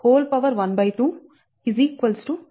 96 m